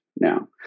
now